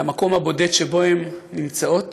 למקום הבודד שבו הן נמצאות